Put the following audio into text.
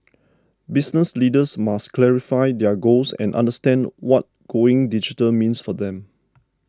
business leaders must clarify their goals and understand what going digital means for them